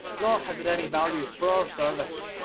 nor has it any value for our service